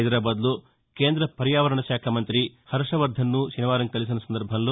హైదరాబాద్ లో కేంద పర్యావరణ శాఖ మంతి హర్షవర్దన్ ను శనివారం కలిసిన సందర్బంలో